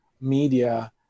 media